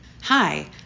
Hi